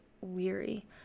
weary